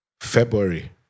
February